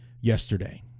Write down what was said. yesterday